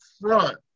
front